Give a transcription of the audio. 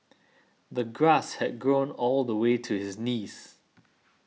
the grass had grown all the way to his knees